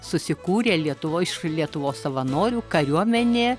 susikūrė lietuvoj iš lietuvos savanorių kariuomenė